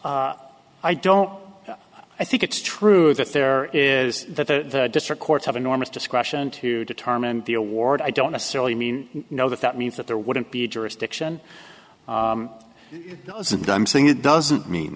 first i don't i think it's true that there is that the district courts have enormous discretion to determine the award i don't necessarily mean you know that that means that there wouldn't be a jurisdiction and i'm saying it doesn't mean